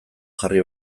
jarri